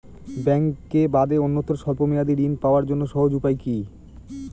ব্যাঙ্কে বাদে অন্যত্র স্বল্প মেয়াদি ঋণ পাওয়ার জন্য সহজ উপায় কি?